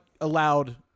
allowed